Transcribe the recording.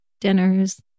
dinners